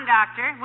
Doctor